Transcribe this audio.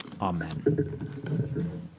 amen